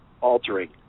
altering